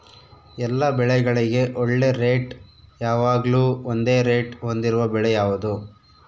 ಎಲ್ಲ ಬೆಳೆಗಳಿಗೆ ಒಳ್ಳೆ ರೇಟ್ ಯಾವಾಗ್ಲೂ ಒಂದೇ ರೇಟ್ ಹೊಂದಿರುವ ಬೆಳೆ ಯಾವುದು?